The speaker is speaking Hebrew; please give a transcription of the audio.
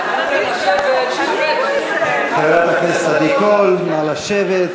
לדבר, שאני אחד מהם, בין אלה שאין להם